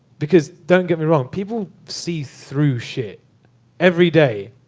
because, don't get me wrong. people see through shit every day.